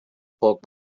poc